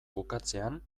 bukatzean